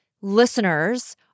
listeners